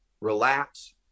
relax